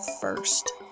first